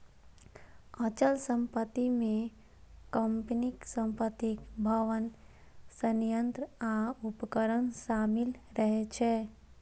अचल संपत्ति मे कंपनीक संपत्ति, भवन, संयंत्र आ उपकरण शामिल रहै छै